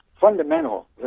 Fundamental